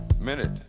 Minute